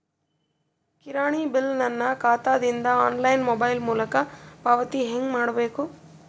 ಕಿರಾಣಿ ಬಿಲ್ ನನ್ನ ಖಾತಾ ದಿಂದ ಆನ್ಲೈನ್ ಮೊಬೈಲ್ ಮೊಲಕ ಪಾವತಿ ಹೆಂಗ್ ಮಾಡಬೇಕು?